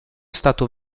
stato